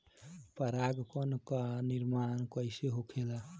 पराग कण क निर्माण कइसे होखेला?